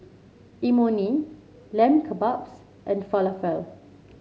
Imoni Lamb Kebabs and Falafel